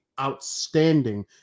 Outstanding